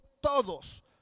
todos